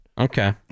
Okay